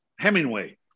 Hemingway